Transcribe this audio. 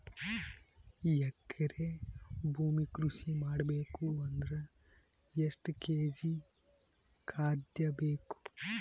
ಎಕರೆ ಭೂಮಿ ಕೃಷಿ ಮಾಡಬೇಕು ಅಂದ್ರ ಎಷ್ಟ ಕೇಜಿ ಖಾದ್ಯ ಬೇಕು?